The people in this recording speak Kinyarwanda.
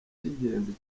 cy’ingenzi